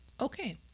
Okay